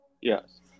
Yes